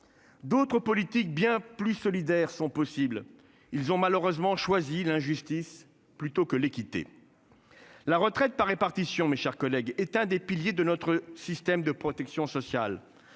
D'autres politiques bien plus solidaire sont possibles. Ils ont malheureusement choisi l'injustice plutôt que l'équité. La retraite par répartition. Mes chers collègues, est un des piliers de notre système de protection sociale.